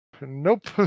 Nope